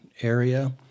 area